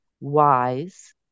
wise